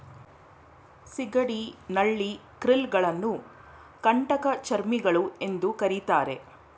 ಸಿಗಡಿ, ನಳ್ಳಿ, ಕ್ರಿಲ್ ಗಳನ್ನು ಕಂಟಕಚರ್ಮಿಗಳು ಎಂದು ಕರಿತಾರೆ